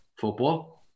football